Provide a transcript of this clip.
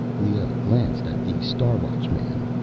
leoh glanced at the star watchman.